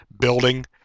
building